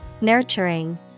Nurturing